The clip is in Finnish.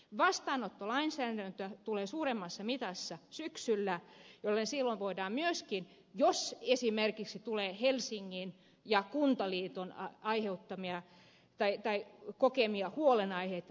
vastaanottolainsäädäntö tulee suuremmassa mitassa syksyllä joten silloin voidaan myöskin puuttua siihen jos esimerkiksi tulee helsingin ja kuntaliiton kokemia huolenaiheita